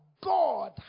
God